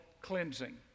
cleansing